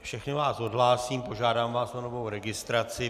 Všechny vás odhlásím, požádám vás o novou registraci.